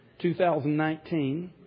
2019